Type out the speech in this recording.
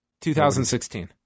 2016